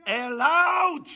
allowed